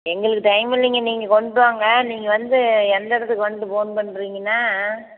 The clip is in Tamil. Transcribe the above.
எங்களுக்கு டைம் இல்லைங்க நீங்கள் கொண்டுட்டுவாங்க நீங்கள் வந்து எந்த இடத்துக்கு வந்துட்டு ஃபோன் பண்ணுறிங்கன்னா